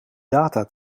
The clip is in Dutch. data